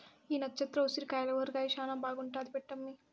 ఈ నచ్చత్ర ఉసిరికాయల ఊరగాయ శానా బాగుంటాది పెట్టమ్మీ